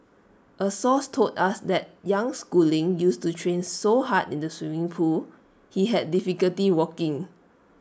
A source told us that young schooling used to train so hard in the swimming pool he had difficulty walking